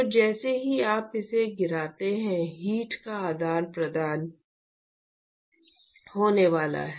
तो जैसे ही आप इसे गिराते हैं हीट का आदान प्रदान होने वाला है